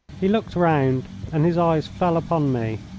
he looked round, and his eyes fell upon me.